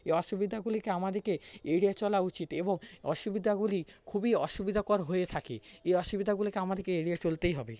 এ অসুবিধাগুলিকে আমাদেরকে এড়িয়ে চলা উচিত এবং অসুবিধাগুলি খুবই অসুবিধাজনক হয়ে থাকে এ অসুবিধাগুলিকে আমাদেরকে এড়িয়ে চলতেই হবে